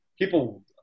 people